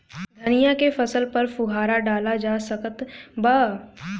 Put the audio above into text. धनिया के फसल पर फुहारा डाला जा सकत बा?